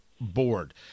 board